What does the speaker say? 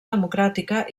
democràtica